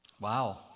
Wow